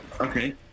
okay